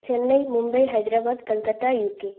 Chennai Mumbai Hyderabad Kolkata UK